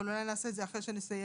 אבל אולי נעשה את זה אחרי שנסיים.